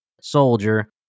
soldier